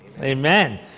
Amen